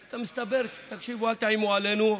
מסתבר, תקשיבו, אל תאיימו עלינו.